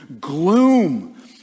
gloom